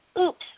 Oops